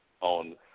on